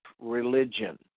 religion